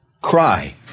cry